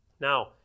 Now